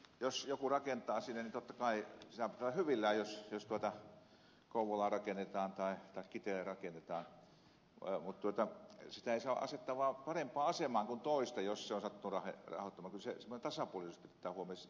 se on luonnollista että jos joku rakentaa sinne niin totta kai siinä pitää olla hyvillään jos kouvolaan rakennetaan tai kiteelle rakennetaan mutta sitä ei vaan saa asettaa parempaan asemaan kuin toista jos se on sattunut rahoittamaan